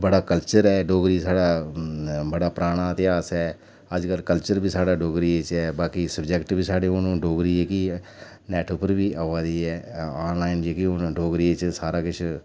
बड़ा कल्चर ऐ डोगरी साढ़ा बड़ा पराना इतिहास ऐ अजकल कल्चर बी साढ़ा डोगरी च ऐ बाकी सब्जैक्ट बी साढ़े डोगरी हून जेह्की ऐ नैट्ट उप्पर बी आवै दी ऐ आनलाइन जेह्के हून डोगरी च सारा किश